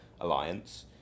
Alliance